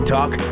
Talk